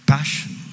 Passion